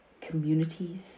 Communities